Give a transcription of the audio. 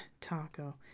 Taco